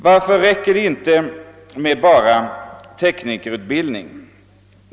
Varför räcker det inte med bara teknikerutbildning?